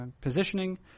positioning